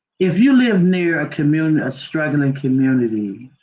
if you live near a community, a struggling community,